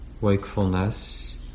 wakefulness